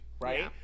Right